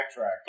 backtrack